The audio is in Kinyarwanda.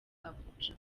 abuja